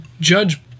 judge